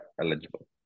eligible